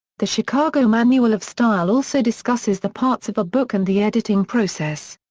the chicago manual of style also discusses the parts of a book and the editing process.